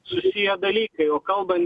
susiję dalykai o kalban